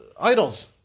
idols